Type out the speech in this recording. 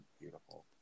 beautiful